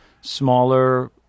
smaller